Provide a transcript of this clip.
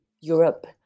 Europe